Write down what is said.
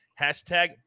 hashtag